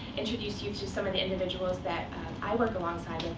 introduce you to some of the individuals that i work alongside with